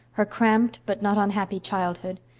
her cramped but not unhappy childhood,